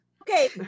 Okay